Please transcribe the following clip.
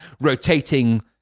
rotating